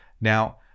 Now